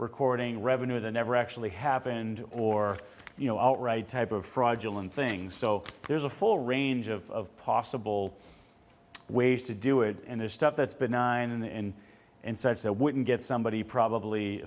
recording revenue than ever actually happened or you know outright type of fraudulent things so there's a full range of possible ways to do it and there's stuff that's been nine in and such that wouldn't get somebody probably